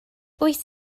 wyt